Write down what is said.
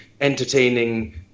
entertaining